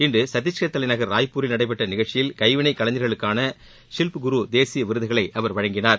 இன்று சத்திஷ்கா் தலைநகா் ராய்பூரில் நடைபெற்ற நிகழ்ச்சியில் கைவினைக் கலைஞர்களுக்கான ஷில்ப் குரு தேசிய விருதுகளை அவர் வழங்கினார்